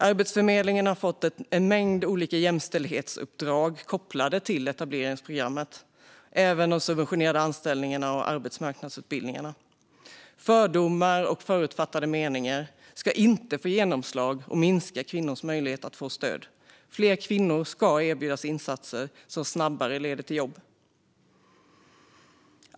Arbetsförmedlingen har fått en mängd olika jämställdhetsuppdrag kopplade till etableringsprogrammet, de subventionerade anställningarna och arbetsmarknadsutbildningarna. Fördomar och förutfattade meningar ska inte få genomslag och minska kvinnors möjlighet att få stöd. Fler kvinnor ska erbjudas insatser som snabbare leder till jobb.